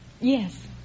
Yes